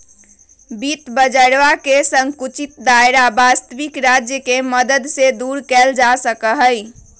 वित्त बाजरवा के संकुचित दायरा वस्तबिक राज्य के मदद से दूर कइल जा सका हई